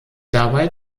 dabei